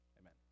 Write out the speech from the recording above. Amen